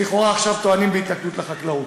שלכאורה עכשיו טוענות שיש התנכלות לחקלאות?